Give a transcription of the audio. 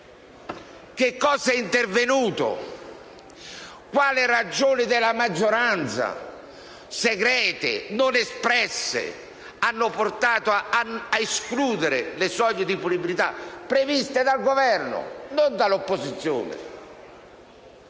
cosa sia intervenuto e quali ragioni della maggioranza, segrete e non espresse, abbiano portato ad escludere le soglie di punibilità previste dal Governo, non dall'opposizione.